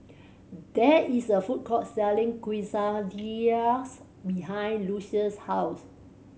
there is a food court selling Quesadillas behind Lucious' house